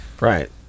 Right